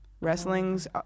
wrestling's